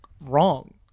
wrong